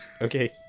Okay